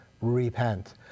repent